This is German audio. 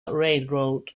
railroad